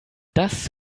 das